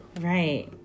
Right